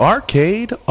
Arcade